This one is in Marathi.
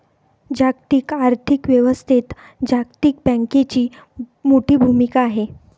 जागतिक आर्थिक व्यवस्थेत जागतिक बँकेची मोठी भूमिका आहे